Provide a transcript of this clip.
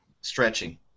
stretching